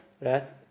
right